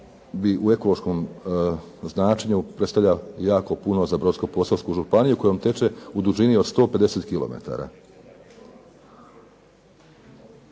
bi u ekološkom značenju predstavlja jako puno za Brodsko-posavsku županiju kojom teče u dužili od 150